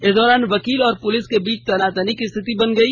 इस दौरान वकील और पुलिस के बीच तनातनी की स्थिति बन गई